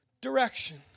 direction